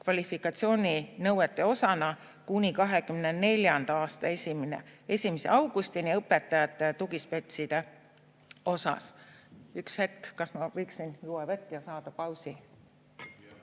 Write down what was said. kvalifikatsiooninõuete osana kuni 2024. aasta 1. augustini õpetajate ja tugispetsialistide osas. Üks hetk, kas ma võiksin juua vett ja saada pausi?